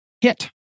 hit